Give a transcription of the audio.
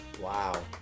Wow